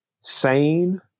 sane